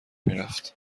میرفت